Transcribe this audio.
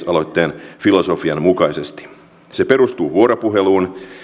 aloitteen filosofian mukaisesti se perustuu vuoropuheluun